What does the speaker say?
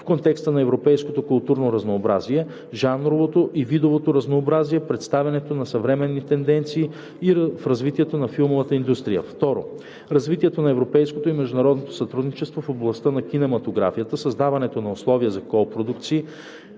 в контекста на европейското културно разнообразие, жанровото и видовото разнообразие, представянето на съвременни тенденции в развитието на филмовата индустрия; 2. развитието на европейското и международното сътрудничество в областта на кинематографията, създаването на условия за копродукции;